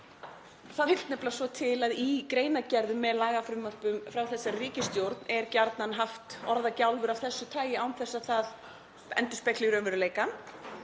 Það vill nefnilega svo til að í greinargerðum með lagafrumvörpum frá þessari ríkisstjórn er gjarnan haft orðagjálfur af þessu tagi án þess að það endurspegli raunveruleikann,